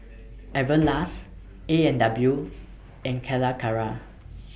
Everlast A and W and Calacara